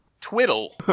twiddle